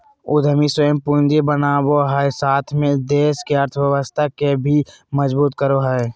उद्यमी स्वयं पूंजी बनावो हइ साथ में देश के अर्थव्यवस्था के भी मजबूत करो हइ